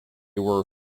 were